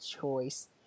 choice